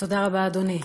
תודה רבה, אדוני.